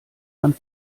man